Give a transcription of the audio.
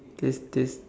tastiest